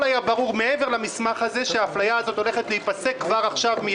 היה ברור מעבר למסמך הזה שהאפליה הזו תיפסק מידית.